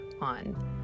on